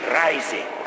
rising